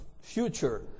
future